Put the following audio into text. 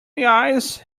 eyes